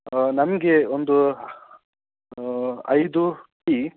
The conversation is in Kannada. ನನಗೆ ಒಂದು ಐದು ಟೀ